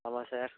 ஆமாம் சார்